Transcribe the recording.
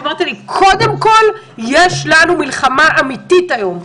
ואמרת לי: קודם כול יש לנו מלחמה אמיתית היום.